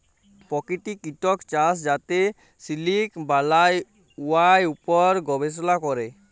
পাকিতিক ইকট চাষ যাতে সিলিক বালাই, উয়ার উপর গবেষলা ক্যরে